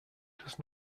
does